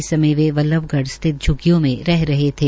इस समय वे बल्लभगढ़ स्थित झ्ग्गियों में रह रहे थे